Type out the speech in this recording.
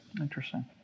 Interesting